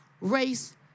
race